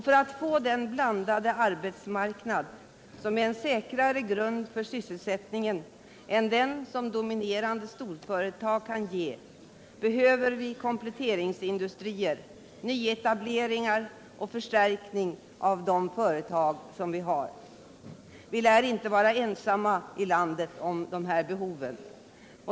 För att få den blandade arbetsmarknad som är en säkrare grund för sysselsättningen De mindre och än den som dominerande storföretag kan ge behöver vi kompletteringsmedelstora industrier, nyetableringar och förstärkning av de företag vi har. Vi lär — företagens utveckinte vara ensamma i landet om dessa behov.